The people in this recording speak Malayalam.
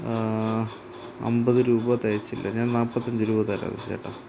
അമ്പത് രൂപ തികച്ചില്ല ഞാൻ നാല്പത്തിയഞ്ച് രൂപ തരാം ചേട്ടാ